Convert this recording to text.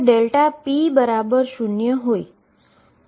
જ્યાં Δx →∞ જો Δp 0 હોય